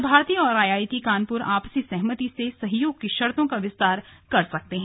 प्रसार भारती और I I T Kanpur आपसी सहमति से सहयोग की शर्तो का विस्तार कर सकते हैं